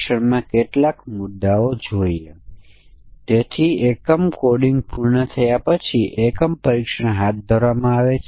અમાન્ય ઇનપુટ એ છે કે બંને a b c 0 છે તેથી તે અમાન્ય સમકક્ષ વર્ગ છે